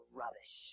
rubbish